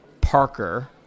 Parker